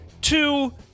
two